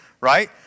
Right